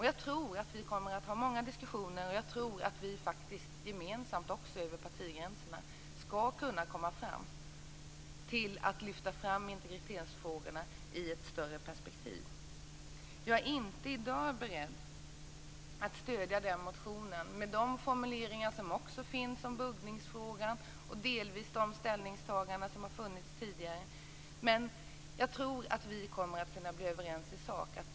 Jag tror att vi kommer att ha många diskussioner, och jag tror att vi faktiskt gemensamt över partigränserna skall kunna lyfta fram integritetsfrågorna i ett större perspektiv. Jag är inte i dag beredd att stödja den här motionen med tanke på de formuleringar som också finns om buggningsfrågan och delvis de ställningstaganden som har funnits tidigare, men jag tror att vi kommer att kunna bli överens i sak.